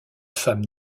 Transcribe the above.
femme